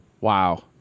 Wow